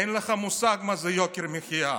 אין לך מושג מה זה יוקר מחיה.